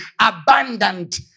abundant